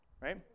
Right